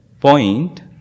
point